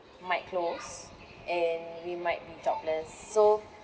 might close and we might be jobless so